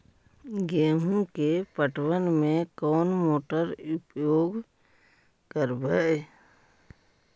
गेंहू के पटवन में कौन मोटर उपयोग करवय?